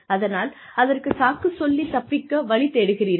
அதனால் அதற்குச் சாக்கு சொல்லி தப்பிக்க வழி தேடுகிறீர்கள்